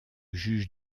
juge